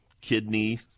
kidney